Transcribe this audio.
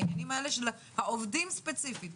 בעניינים האלה של העובדים ספציפית.